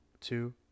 two